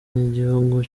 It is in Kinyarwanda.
n’igihugu